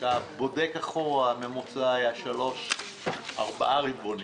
כשאתה בודק אחורה, הממוצע היה 3, 4 רבעונים.